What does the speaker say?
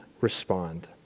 respond